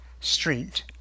street